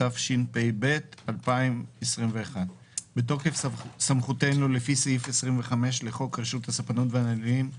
התשפ"ב 2021 "בתוקף סמכותנו לפי סעיף 25 לחוק רשות הספנות והנמלים,